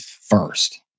first